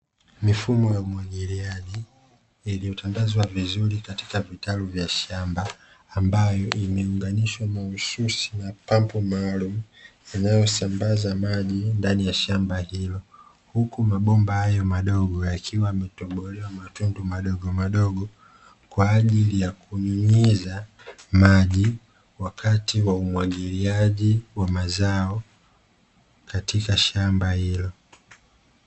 Mifumo ya umwagiliaji iliyotandazwa vizuri katika vitalu vya shamba, ambayo imeunganishwa mahususi na pampu maalumu inayosambaza maji ndani ya shamba hilo; huku mabomba hayo madogo yakiwa yametobolewa matundu madogomadogo, kwa ajili ya kunyunyiza maji wakati wa umwagiliaji wa mazao katika shamba hilo.